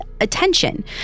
attention